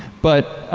but